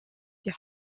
die